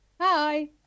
hi